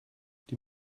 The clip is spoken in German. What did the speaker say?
die